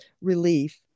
relief